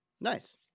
Nice